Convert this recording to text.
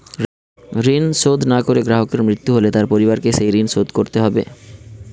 ঋণ শোধ না করে গ্রাহকের মৃত্যু হলে তার পরিবারকে সেই ঋণ শোধ করতে হবে?